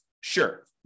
Sure